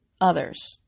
others